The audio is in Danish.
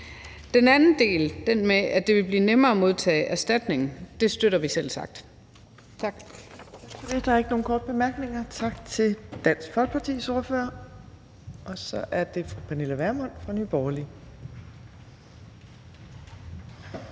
Den anden del, den med, at det vil blive nemmere at modtage erstatning, støtter vi selvsagt. Tak.